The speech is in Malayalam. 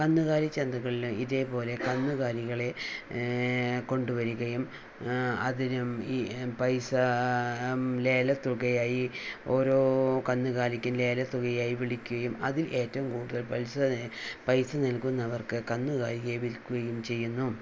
കന്നുകാലിച്ചന്തകളിലും ഇതുപോലെ കന്നുകാലികളെ കൊണ്ടുവരികയും അതിനും ഈ പൈസ ലേല തുകയായി ഓരോ കന്നുകാലിക്കും ലേലത്തുകയായി വിളിക്കുകയും അതിൽ ഏറ്റവും കൂടുതൽ പൈസ പൈസ നൽകുന്നവർക്ക് കന്നുകാലിയെ വിൽക്കുകയും ചെയ്യുന്നു